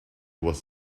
was